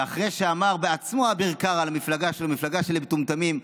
ואחרי שאמר בעצמו אביר קארה על המפלגה שלו "מפלגה של מטומטמים",